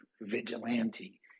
vigilante